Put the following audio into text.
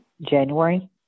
January